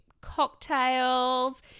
cocktails